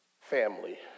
family